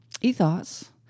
ethos